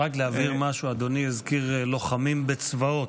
רק להבהיר משהו, אדוני הזכיר לוחמים בצבאות,